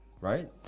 right